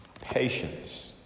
patience